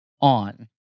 on